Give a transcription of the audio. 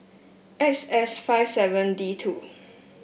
X S five seven D two